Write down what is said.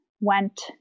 went